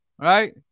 Right